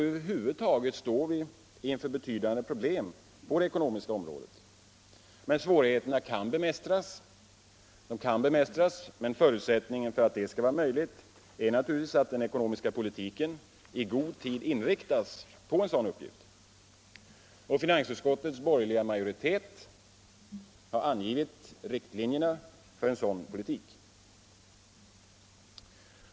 Över huvud taget står vi inför betydande problem på det ekonomiska området. Svårigheterna kan bemästras, men förutsättningen för att detta skall vara möjligt är naturligtvis att den ekonomiska politiken i god tid inriktas på denna uppgift. Finansutskottets borgerliga majoritet har angivit riktlinjerna för en sådan politik.